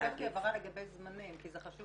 אבל אני ביקשתי הבהרה לגבי זמנים כי זה חשוב